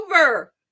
over